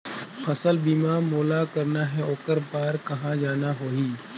फसल बीमा मोला करना हे ओकर बार कहा जाना होही?